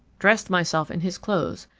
dressed myself in his clothes,